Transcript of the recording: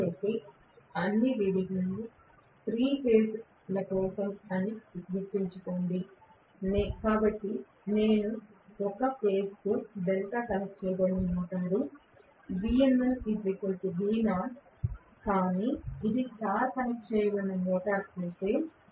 దయచేసి అన్ని రీడింగులను 3 దశల కోసం గుర్తుంచుకోండి కాబట్టి నేను ఒక దశకు డెల్టా కనెక్ట్ చేయబడిన మోటారు VNL V0 కానీ ఇది స్టార్ కనెక్ట్ చేయబడిన మోటారు అయితే